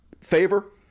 favor